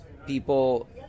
people